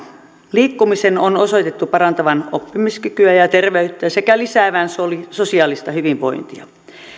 liikkumisen on osoitettu parantavan oppimiskykyä ja terveyttä sekä lisäävän sosiaalista hyvinvointia